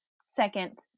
second